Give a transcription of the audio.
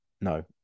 No